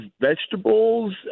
vegetables